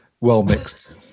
well-mixed